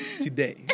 today